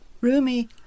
Rumi